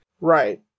Right